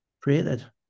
created